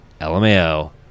lmao